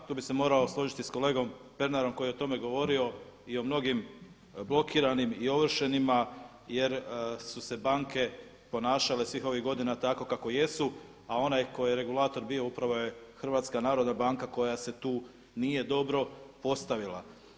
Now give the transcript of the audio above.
Tu bi se morao složiti s kolegom Pernarom koji je o tome govorio i o mnogim blokiranim i ovršenima jer su se banke ponašale svih ovih godina tak kako jesu a onaj tko je regulator bio upravo je HNB koja se tu nije dobro postavila.